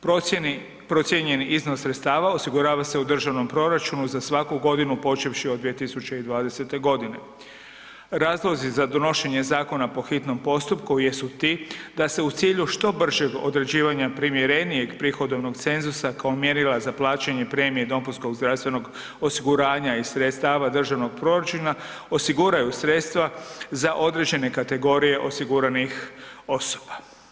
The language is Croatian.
Procijeni, procijenjeni iznos sredstava osigurava se u državnom proračunu za svaku godinu počevši od 2020.g. Razlozi za donošenje zakona po hitnom postupku jesu ti da se u cilju što bržeg određivanja primjerenijeg prihodovnog cenzusa kao mjerila za plaćanje premije dopunskog zdravstvenog osiguranja iz sredstava državnog proračuna osiguraju sredstva za određene kategorije osiguranih osoba.